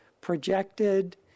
projected